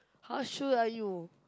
how sure are you